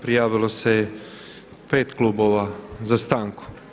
Prijavilo se pet klubova za stanku.